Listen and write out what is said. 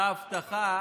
הייתה הבטחה